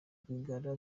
rwigara